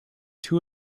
two